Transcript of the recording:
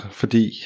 fordi